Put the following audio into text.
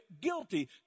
guilty